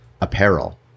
apparel